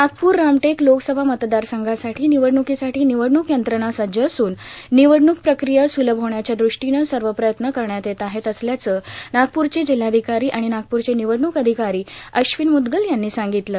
नागपूर रामटेक लोकसभा मतदारसंघासाठी निवडणूकीसाठी निवडणूक यंत्रणा सज्ज असून निवडणूक प्रक्रिया सुलभ होण्याच्या दृष्टीनं सर्व प्रयत्न करण्यात येत असल्याचं नागपूरचे जिल्हाधिकारी आणि नागपूरचे निवडणूक अधिकारी अश्विन मुद्गल यांनी सांगितलं